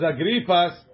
Agrippas